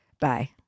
Bye